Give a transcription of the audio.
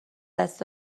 دست